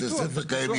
בתי ספר קיימים,